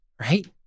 right